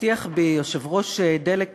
הטיח בי יושב-ראש "דלק קידוחים"